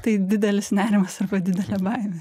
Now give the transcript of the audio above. tai didelis nerimas arba didelė baimė